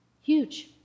Huge